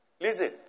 Listen